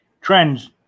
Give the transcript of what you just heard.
Trends